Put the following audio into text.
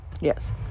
yes